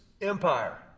empire